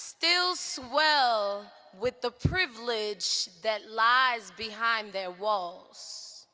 still swell with the privilege that lies behind their walls,